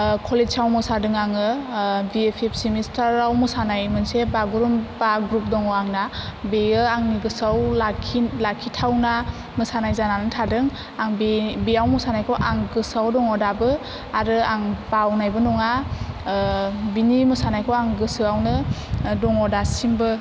कलेजाव मोसादों आङो बि ए फिप्त सेमिस्टार आव मोसानाय मोनसे बागुरुमबा ग्रुप दङ आंना बेयो आंनि गोसोआव लाखिथावना मोसानाय जानानै थादों आं बेयाव मोसानायखौ आं गोसोआव दङ दाबो आरो आं बावनायबो नङा बिनि मोसानायखौ आं गोसोआवनो दङ दासिमबो